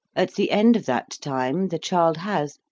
at the end of that time the child has,